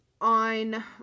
On